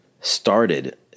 started